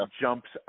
jumps